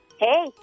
Hey